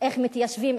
איך מתיישבים,